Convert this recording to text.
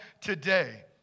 today